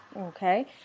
Okay